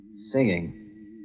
Singing